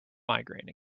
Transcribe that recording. migraine